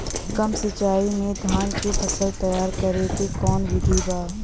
कम सिचाई में धान के फसल तैयार करे क कवन बिधि बा?